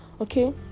okay